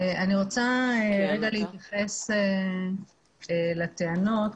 אני רוצה להתייחס לטענות.